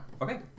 okay